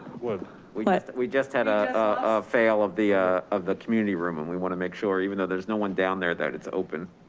but we but we just had a fail of the ah of the community room and we wanna make sure, even though there's no one down there, that it's open.